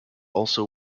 also